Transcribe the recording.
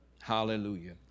hallelujah